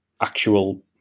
actual